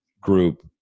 group